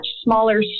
smaller